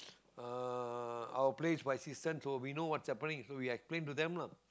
uh our place for assistance so we know what's happening so we explain to them lah